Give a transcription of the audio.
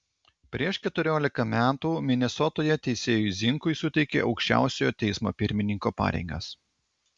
prieš keturiolika metų minesotoje teisėjui zinkui suteikė aukščiausiojo teismo pirmininko pareigas